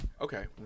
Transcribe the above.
Okay